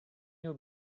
you